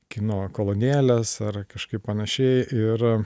kino kolonėles ar kažkaip panašiai ir